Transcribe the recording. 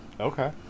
Okay